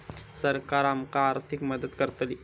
सरकार आमका आर्थिक मदत करतली?